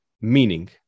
meaning